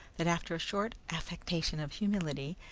that after a short affectation of humility,